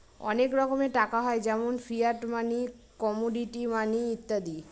অনেক রকমের টাকা হয় যেমন ফিয়াট মানি, কমোডিটি মানি ইত্যাদি